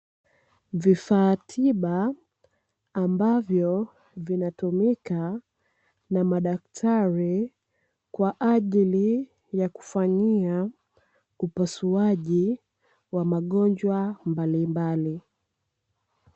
Vifaa tiba ambavyo vinatumika na madaktari, kwa ajili ya kufanyia upasuaji wa magonjwa mbalimbali.